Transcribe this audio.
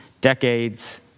decades